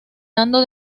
dando